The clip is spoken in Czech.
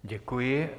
Děkuji.